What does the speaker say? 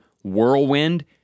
Whirlwind